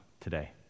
today